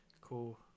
Cool